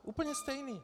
Úplně stejný!